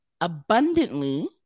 abundantly